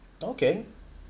okay